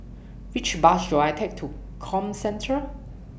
Which Bus should I Take to Comcentre